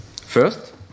First